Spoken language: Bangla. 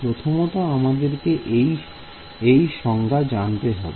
প্রথমত আমাদেরকে এর সংজ্ঞা জানতে হবে